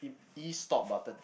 E stop button